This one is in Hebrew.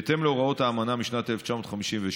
בהתאם להוראות האמנה משנת 1957,